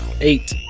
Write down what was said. eight